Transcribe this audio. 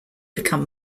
become